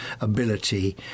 ability